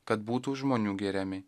kad būtų žmonių giriami